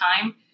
time